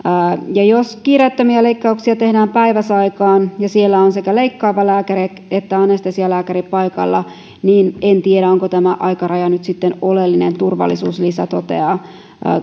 jos kiireettömiä leikkauksia tehdään päiväsaikaan ja siellä on sekä leikkaava lääkäri että anestesialääkäri paikalla niin en tiedä onko tämä aikaraja nyt sitten oleellinen turvallisuuslisä toteaa